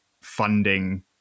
funding